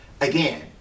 again